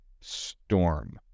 storm